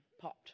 popped